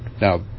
Now